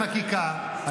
קרויזר,